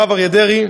הרב אריה דרעי.